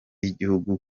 y’igihugu